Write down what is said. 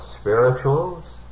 spirituals